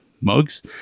mugs